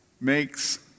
makes